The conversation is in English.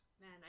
man